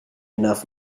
enough